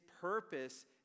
purpose